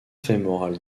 fémorale